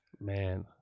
Man